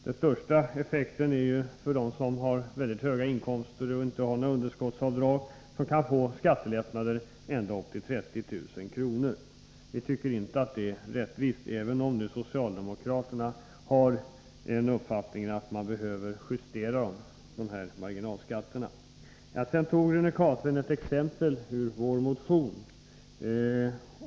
Den största effekten blir det för dem som har väldigt höga inkomster men inte har några underskottsavdrag; de kan få skattelättnader på ända upp till 30 000 kr. Vi tycker inte att det är rättvist, även om socialdemokraterna har uppfattningen att man behöver justera marginalskatterna. Så tog Rune Carlstein ett exempel ur vår motion.